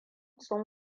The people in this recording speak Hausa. sun